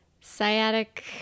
sciatic